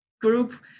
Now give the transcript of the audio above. group